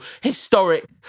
historic